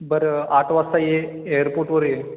बरं आठ वाजता ये एअरपोर्टवर ये